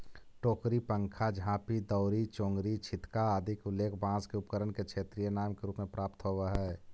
टोकरी, पंखा, झांपी, दौरी, चोंगरी, छितका आदि के उल्लेख बाँँस के उपकरण के क्षेत्रीय नाम के रूप में प्राप्त होवऽ हइ